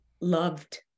loved